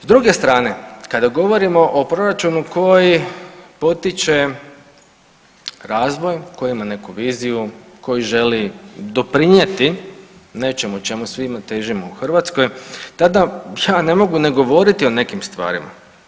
S druge strane kada govorimo o proračunu koji potiče razvoj, koji ima neku viziju, koji želi doprinjeti nečemu čemu svi težimo u Hrvatskoj tada ja ne mogu ne govoriti o nekim stvarima.